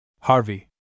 Harvey